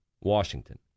Washington